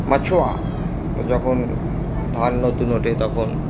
মাছোয়া যখন ধান নতুন ওঠে তখন